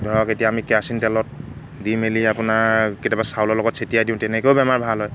ধৰক এতিয়া আমি কেৰাচিন তেলত দি মেলি আপোনাৰ কেতিয়াবা চাউলৰ লগত ছিটিয়াই দিওঁ তেনেকৈও বেমাৰ ভাল হয়